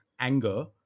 anger